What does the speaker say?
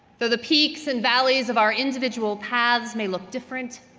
the the peaks and valleys of our individual paths may look different,